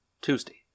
Tuesday